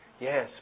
Yes